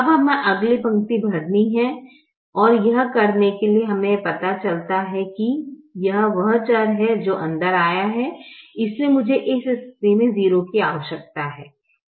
अब हमें अगली पंक्ति भरनी है और यह करने के लिए हमें पता चलता है कि यह वह चर है जो अंदर आया है इसलिए मुझे इस स्थिति में 0 की आवश्यकता है